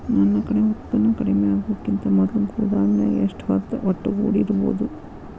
ನನ್ ಕಡೆ ಉತ್ಪನ್ನ ಕಡಿಮಿ ಆಗುಕಿಂತ ಮೊದಲ ಗೋದಾಮಿನ್ಯಾಗ ಎಷ್ಟ ಹೊತ್ತ ಒಟ್ಟುಗೂಡಿ ಇಡ್ಬೋದು?